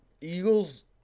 Eagles